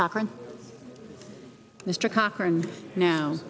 cochrane mr cochrane now